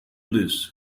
this